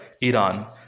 Iran